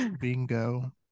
Bingo